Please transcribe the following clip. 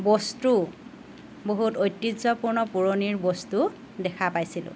বস্তু বহুত ঐতিহ্যপূৰ্ণ পুৰণিৰ বস্তু দেখা পাইছিলোঁ